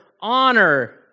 honor